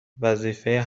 وظیفه